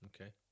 Okay